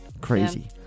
Crazy